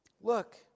Look